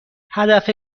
هدف